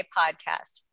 podcast